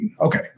Okay